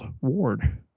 ward